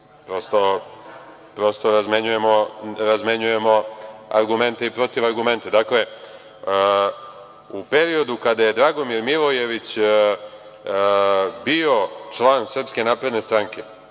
prosto razmenjujemo argumente i protiv argumenta. Dakle, u periodu kada je Dragomir Milojević bio član SNS, on čovek